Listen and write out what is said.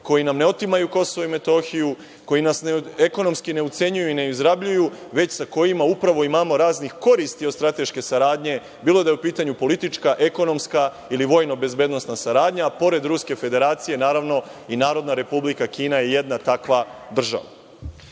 koji nam ne otimaju KiM, koji nas ekonomski ne ucenjuju i ne izrabljuju, već sa kojima upravo imamo raznih koristi od strateške saradnje, bilo da je u pitanju politička, ekonomska, ili vojno bezbednosna saradnja, pored Ruske Federacije, naravno, i Narodna Republika Kina je jedna takva država. To